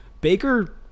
Baker